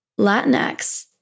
Latinx